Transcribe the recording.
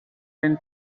then